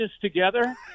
together